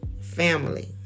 family